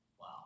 Wow